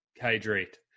hydrate